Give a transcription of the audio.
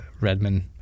Redman